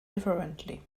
differently